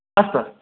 अस्तु अस्तु